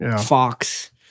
fox